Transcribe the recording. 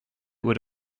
would